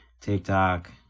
TikTok